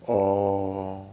orh